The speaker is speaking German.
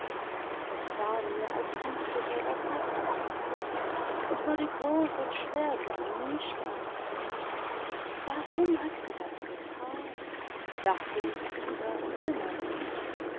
es war mir als wüchse mir das herz in der brust und würde groß und schwer wie ein mühlstein warum hat sie das getan dachte ich wieder und immer wieder